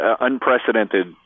unprecedented